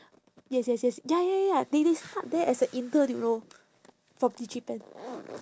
yes yes yes ya ya ya ya they they start there as a intern you know from digipen